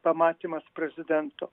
pamatymas prezidento